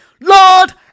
Lord